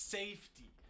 safety